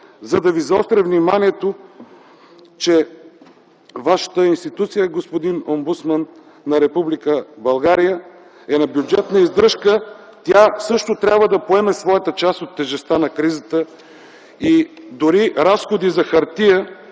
за да Ви заостря вниманието, че Вашата институция, господин омбудсман на Република България, е на бюджетна издръжка. Тя също трябва да поеме своята част от тежестта на кризата. И дори разходи за хартия